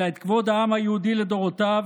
אלא את כבוד העם היהודי לדורותיו,